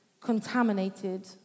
contaminated